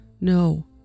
no